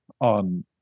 on